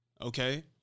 okay